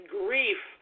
grief